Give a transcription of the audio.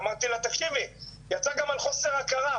אמרתי לה: 'תקשיבי יצא גם על חוסר הכרה,